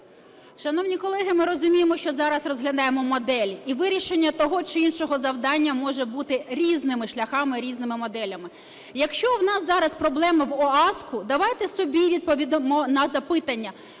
Шановні колеги, ми розуміємо, що зараз розглядаємо модель, і вирішення того чи іншого завдання може бути різними шляхами, різними моделями. Якщо у нас зараз проблема в ОАСКу, давайте собі відповімо на запитання: